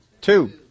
Two